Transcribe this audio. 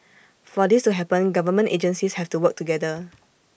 for this to happen government agencies have to work together